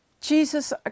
Jesus